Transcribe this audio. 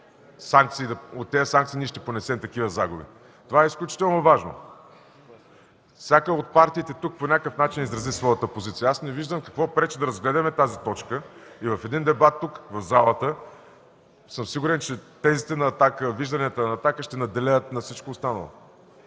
тези санкции. Това е изключително важно. Всяка от партиите тук по някакъв начин изрази своята позиция. Не виждам какво пречи да разгледаме тази точка и при дебат в залата съм сигурен, че тезите, вижданията на „Атака” ще надделеят над всичко останало.